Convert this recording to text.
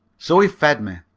so he fed me.